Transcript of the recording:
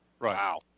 Wow